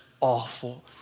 awful